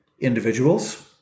individuals